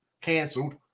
canceled